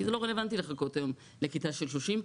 כי זה לא רלוונטי לחכות היום לכיתה של 30,